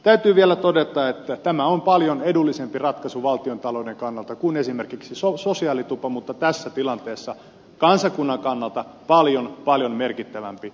täytyy vielä todeta että tämä on paljon edullisempi ratkaisu valtiontalouden kannalta kuin esimerkiksi sosiaalitupo mutta tässä tilanteessa kansakunnan kannalta paljon paljon merkittävämpi